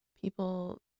people